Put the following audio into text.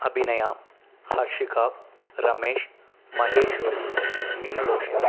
Abhinaya Harshika Ramesh Maheswari Meenaloshini